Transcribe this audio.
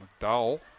McDowell